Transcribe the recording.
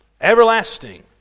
everlasting